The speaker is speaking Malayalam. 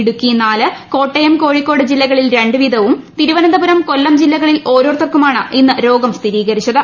ഇടുക്കി നാല് കോട്ടയം കോഴിക്കോട് ജില്ലകളിൽ രണ്ട് വീതവും തിരുവനന്തപുരം കൊല്ലം ജില്ലകളിൽ ഓരോരുത്തർക്കുമാണ് ഇന്ന് രോഗം സ്ഥിരീകരിച്ചത്